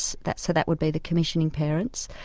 so that so that would be the commissioning parents,